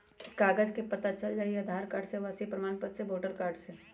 कागज से पता चल जाहई, आधार कार्ड से, आवासीय प्रमाण पत्र से, वोटर कार्ड से?